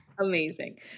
Amazing